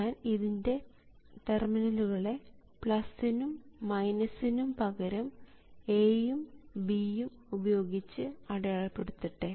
ഞാൻ ഇതിൻറെ ടെർമിനലുകളെ പ്ലസ് നും മൈനസ് നും പകരം A യും B യും ഉപയോഗിച്ച് അടയാളപ്പെടുത്തട്ടെ